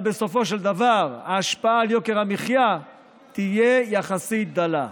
אבל בסופו של דבר ההשפעה על יוקר המחיה תהיה יחסית דלה.